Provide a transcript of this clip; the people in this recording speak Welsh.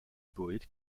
bwyd